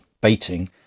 baiting